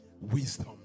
Wisdom